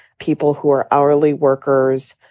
people who are hourly workers,